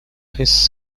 his